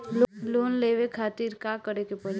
Loan लेवे खातिर का करे के पड़ी?